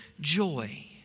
joy